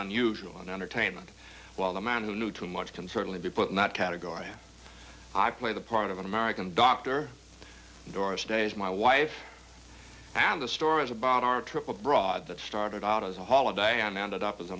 on usual on entertainment while the man who knew too much can certainly be put in that category and i play the part of an american doctor doris day's my wife and the stories about our trip abroad that started out as a holiday and ended up as a